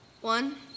One